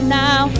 now